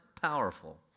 powerful